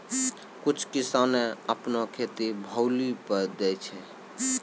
कुछ किसाने अपनो खेतो भौली पर दै छै